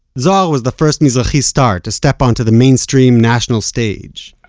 zohar was the first mizrahi star to step onto the mainstream national stage.